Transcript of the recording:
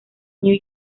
new